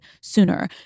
sooner